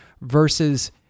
versus